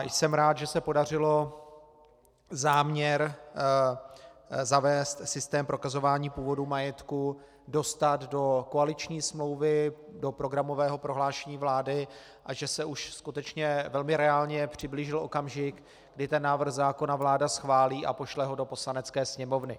Jsem rád, že se podařilo záměr zavést systém prokazování původu majetku dostat do koaliční smlouvy, do programového prohlášení vlády a že se už skutečně velmi reálně přiblížil okamžik, kdy ten návrh zákona vláda schválí a pošle ho do Poslanecké sněmovny.